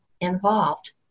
involved